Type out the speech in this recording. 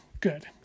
good